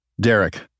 Derek